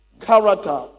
character